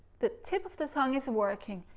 the tip of the tongue is working,